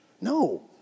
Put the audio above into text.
No